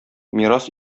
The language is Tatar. мирас